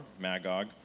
Magog